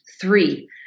Three